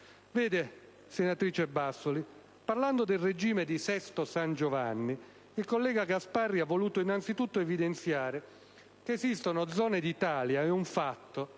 Vede, senatrice Bassoli, parlando del regime di Sesto San Giovanni il collega Gasparri ha voluto innanzi tutto evidenziare che esistono zone d'Italia, ed è un fatto,